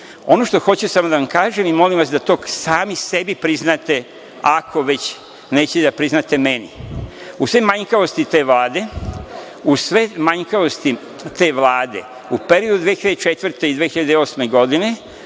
što hoću samo da vam kažem i molim vas da to sami sebi priznate ako već neće da priznate meni, usled manjkavosti te vlade u periodu 2004. i 2008. godine